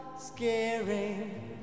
scaring